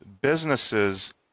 businesses